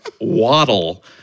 waddle